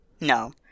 No